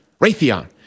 Raytheon